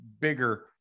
bigger